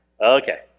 Okay